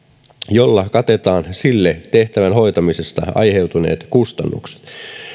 jolla katetaan sille tehtävän hoitamisesta aiheutuneet kustannukset